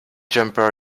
jumper